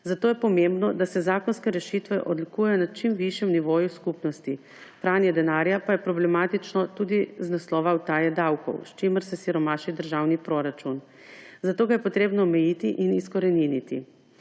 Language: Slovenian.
Zato je pomembno, da se zakonske rešitve odlikuje na čim višjem nivoju skupnosti. Pranje denarja pa je problematično tudi iz naslova utaje davkov, s čimer se siromaši državni proračun. Zato ga je potrebno omeniti in izkoreniniti.